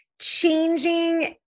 changing